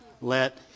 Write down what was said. Let